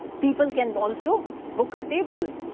people can also book a table.